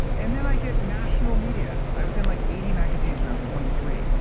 and then i get national media. i was in like eighty magazines when i was twenty three,